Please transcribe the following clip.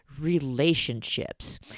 relationships